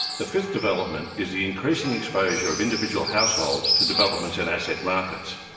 the fifth development is the increasing exposure of individual households to developments in asset markets.